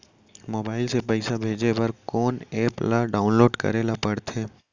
Mobile से पइसा भेजे बर कोन एप ल डाऊनलोड करे ला पड़थे?